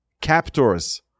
captors